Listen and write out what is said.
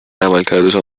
عملکردشان